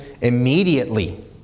immediately